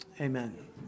Amen